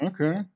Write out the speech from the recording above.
Okay